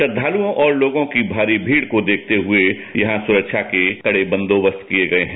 श्रद्धालुओं और लोगों की भारी भीड़ को देखते हुए यहां सुरक्षा के कड़े बंदोबस्त किए गए हैं